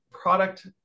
product